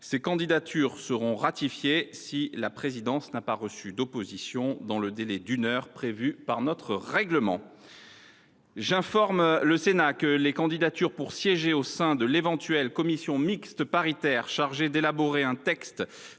Ces candidatures seront ratifiées si la présidence n’a pas reçu d’opposition dans le délai d’une heure prévu par notre règlement. J’informe le Sénat que les candidatures pour siéger au sein de l’éventuelle commission mixte paritaire chargée d’élaborer un texte